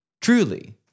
truly